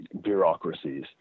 bureaucracies